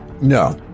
No